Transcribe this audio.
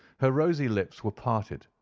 her rosy lips were parted,